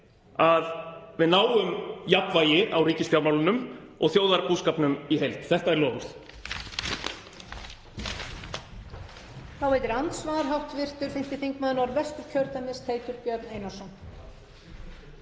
að við náum jafnvægi í ríkisfjármálunum og þjóðarbúskapnum í heild. Þetta er loforð.